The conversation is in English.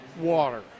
water